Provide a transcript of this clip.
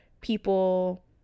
people